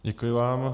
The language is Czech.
Děkuji vám.